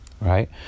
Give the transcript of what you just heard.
right